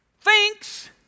thinks